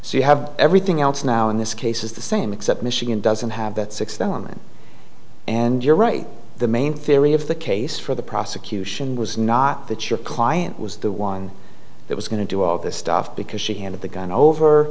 so you have everything else now in this case is the same except michigan doesn't have that six the woman and you're right the main theory of the case for the prosecution was not that your client was the one that was going to do all this stuff because she handed the gun over